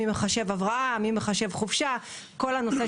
מי מחשב הבראה או חופשה וכו'.